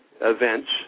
events